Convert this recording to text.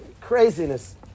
Craziness